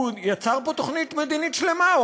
הוא יצר פה תוכנית מדינית שלמה,